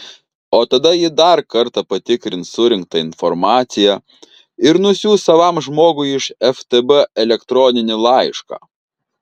o tada ji dar kartą patikrins surinktą informaciją ir nusiųs savam žmogui iš ftb elektroninį laišką